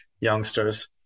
youngsters